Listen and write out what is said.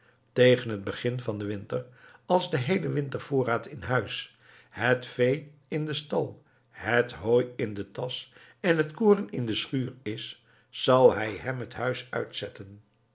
tegen het begin van den winter als de heele wintervoorraad in huis het vee in den stal het hooi in den tas en het koren in de schuur is zal hij hem het huis uitzetten